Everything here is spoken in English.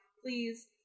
please